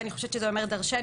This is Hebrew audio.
זה אומר דרשני,